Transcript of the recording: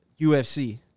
ufc